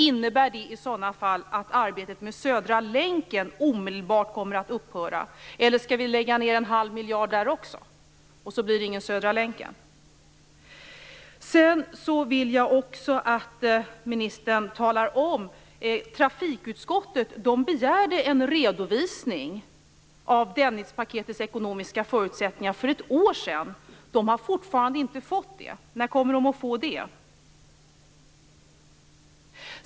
Innebär det i sådana fall att arbetet med Södra länken omedelbart kommer att upphöra, eller skall vi lägga ned en halv miljard kronor där också utan att det blir något? Jag vill också att ministern talar om en sak. Trafikutskottet begärde en redovisning av Dennispaketets ekonomiska förutsättningar för ett år sedan. De har fortfarande inte fått det. När kommer de att få det?